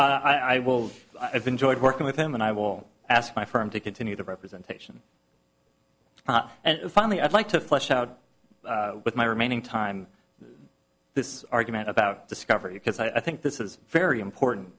will i've enjoyed working with him and i will ask my firm to continue the representation and finally i'd like to flesh out with my remaining time this argument about discovery because i think this is very important